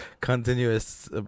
continuous